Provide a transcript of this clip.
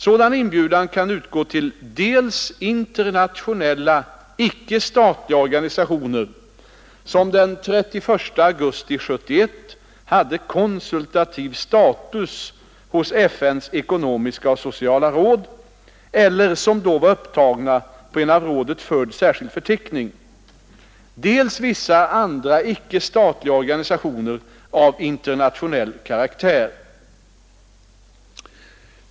Sådan inbjudan kan utgå till dels internationella icke-statliga organisationer som den 31 augusti 1971 hade konsultativ status hos FN:s ekonomiska och sociala råd eller som då var upptagna på en av rådet förd särskild förteckning, dels vissa andra icke-statliga organisationer av internationell karaktär.